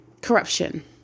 corruption